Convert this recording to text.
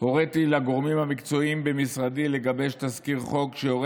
הוריתי לגורמים המקצועיים במשרדי לגבש תזכיר חוק שיורה